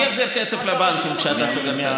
מי יחזיר כסף לבנקים כשאתה סוגר את התאגיד?